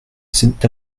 cet